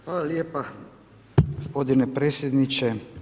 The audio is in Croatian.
Hvala lijepa gospodine predsjedniče.